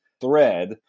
Thread